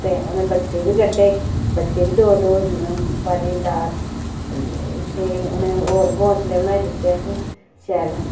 ते उ'नें बच्चे बी कड्डे बच्चे बी दो दो भरी डार उ'नेंगी होर घौंसले बनाई दित्ते असें शैल